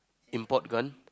import gun